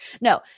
No